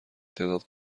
تعداد